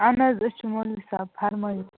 اَہَن حظ أسۍ چھِ مولوی صٲب فرمٲوِو